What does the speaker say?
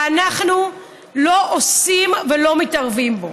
ואנחנו לא עושים ולא מתערבים בו.